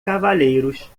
cavaleiros